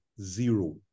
Zero